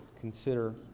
consider